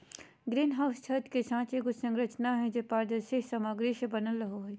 green house छत के साथ एगो संरचना हइ, जे पारदर्शी सामग्री से बनल रहो हइ